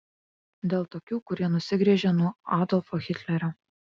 dėl tokių kurie nusigręžė nuo adolfo hitlerio